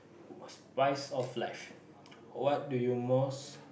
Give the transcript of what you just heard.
spice of life what do you most